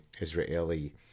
Israeli